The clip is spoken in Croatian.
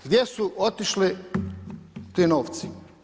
Gdje su otišli ti novci?